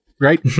right